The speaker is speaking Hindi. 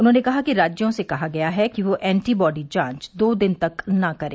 उन्होंने कहा कि राज्यों से कहा गया है कि वे एंटीबॉडी जांच दो दिन तक न करें